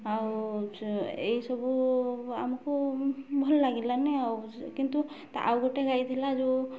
ଆଉ ଏଇସବୁ ଆମକୁ ଭଲ ଲାଗିଲାନି ଆଉ କିନ୍ତୁ ଆଉ ଗୋଟେ ଗାଈ ଥିଲା ଯେଉଁ